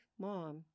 mom